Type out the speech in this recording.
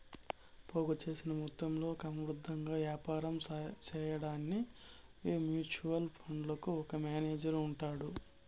పోగు సేసిన మొత్తంలో క్రమబద్ధంగా యాపారం సేయడాన్కి మ్యూచువల్ ఫండుకు ఒక మేనేజరు ఉంటాడు